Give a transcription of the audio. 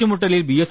ഏറ്റുമുട്ടലിൽ ബി